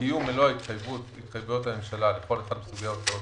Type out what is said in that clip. קיום מלוא התחייבויות הממשלה לכל אחד מסוגי ההוצאות